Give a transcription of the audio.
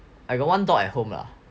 I got one dog at home lah